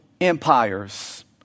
empires